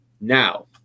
Now